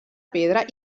pedra